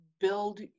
build